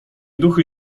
duchy